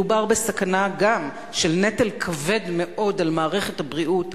מדובר בסכנה גם של נטל כבד מאוד על מערכת הבריאות,